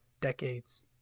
decades